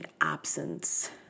absence